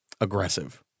aggressive